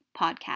podcast